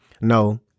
No